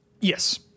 Yes